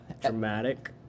Dramatic